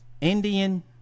Indian